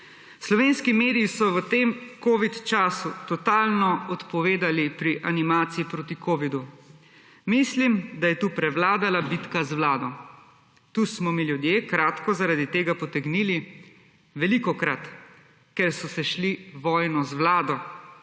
»Slovenski mediji so v tem kovid času totalno odpovedali pri animaciji proti kovidu. Mislim, da je tu prevladala bitka z vlado. Tu smo mi ljudje kratko zaradi tega potegnili velikokrat, ker so se šli vojno z vlado,